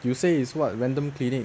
you say is what random clinic